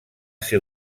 ser